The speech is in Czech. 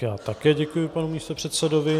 Já také děkuji panu místopředsedovi.